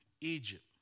Egypt